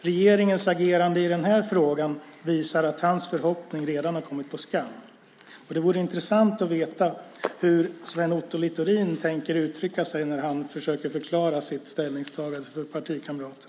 Regeringens agerande i den här frågan visar att hans förhoppning redan kommit på skam. Det vore intressant att veta hur Sven Otto Littorin tänker uttrycka sig när han försöker förklara sitt ställningstagande för partikamraten.